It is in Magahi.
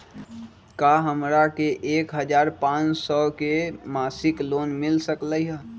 का हमरा के एक हजार पाँच सौ के मासिक लोन मिल सकलई ह?